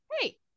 Hey